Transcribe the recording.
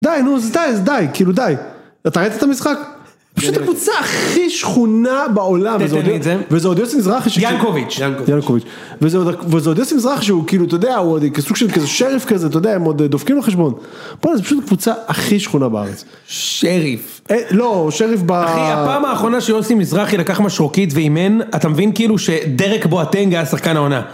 די נו די די כאילו די. אתה ראית את המשחק? פשוט קבוצה הכי שכונה בעולם. וזה עוד יוסי מזרחי. ינקוביץ'. וזה עוד יוסי מזרחי שהוא כאילו אתה יודע. הוא סוג של שריף כזה. אתה יודע הם עוד דופקים לו חשבון. בואנה זה פשוט קבוצה הכי שכונה בארץ. שריף. לא שריף ב. אחי הפעם האחרונה שיוסי מזרחי לקח משרוקית ואימן. אתה מבין כאילו שדרק בואתנג היה שחקן העונה.